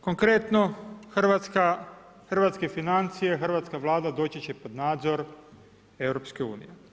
Konkretno hrvatske financije, hrvatska Vlada doći će pod nadzor EU.